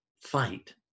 fight